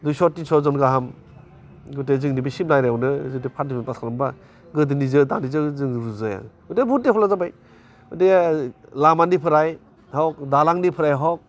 दुयस थिनसजन गाहाम गोदो जोंनि बे सिमला एरियायावनो जिथु फार्स डिभिसन फास खालामबा गोदोनिजों दानिजों जों रुजुजाया गथे बुहुथ डेभेलप जाबाय गथे लामानिफ्राय हग दालांनिफ्राय हग